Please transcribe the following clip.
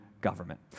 government